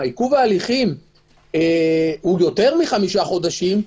עיכוב ההליכים הוא יותר מחמישה חודשים,